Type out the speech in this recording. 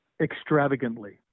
Extravagantly